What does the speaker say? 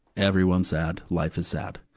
everyone's sad. life is sad.